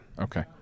Okay